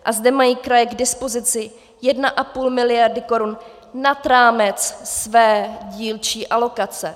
A zde mají kraje k dispozici 1,5 mld. korun nad rámec své dílčí alokace.